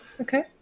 Okay